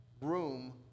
room